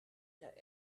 that